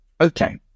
okay